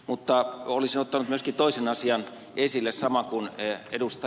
mutta olisin ottanut myöskin toisen asian esille saman kuin ed